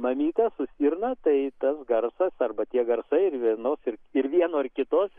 mamyte su stirna tai tas garsas arba tie garsai ir vienos ir vieno ar kitos